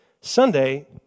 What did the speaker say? Sunday